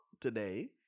today